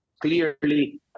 clearly